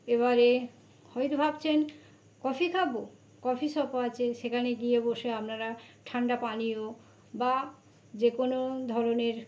এবারে হয়তো ভাবছেন কফি খাব কফি শপও আছে সেখানে গিয়ে বসে আপনারা ঠান্ডা পানীয় বা যে কোনো ধরনের